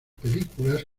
películas